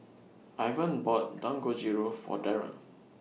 Ivan bought Dangojiru For Darron